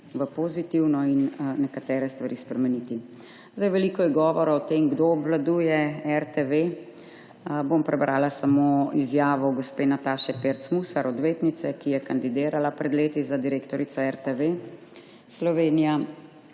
v pozitivno in nekatere stvari spremeniti. Veliko je govora o tem, kdo obvladuje RTV. Bom prebrala samo izjavo gospe Nataše Pirc Musar, odvetnice, ki je kandidirala pred leti za direktorico RTV.